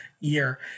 Year